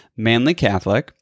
MANLYCATHOLIC